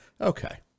okay